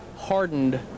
hardened